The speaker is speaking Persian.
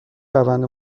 روند